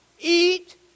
eat